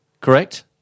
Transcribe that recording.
correct